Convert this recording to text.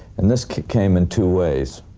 and this came in two ways.